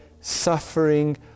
suffering